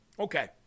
Okay